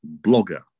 blogger